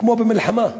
כמו במלחמה.